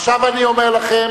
עכשיו אני אומר לכם